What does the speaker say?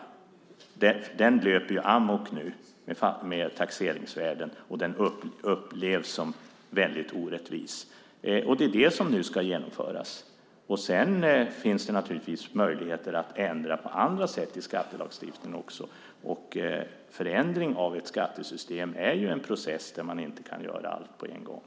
Den löper ju amok nu med taxeringsvärden, och den upplevs som väldigt orättvis. Det är det som nu ska åtgärdas. Sedan finns det naturligtvis möjligheter att ändra på andra sätt i skattelagstiftningen också. Förändring av ett skattesystem är ju en process där man inte kan göra allt på en gång.